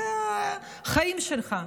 אלה החיים שלך.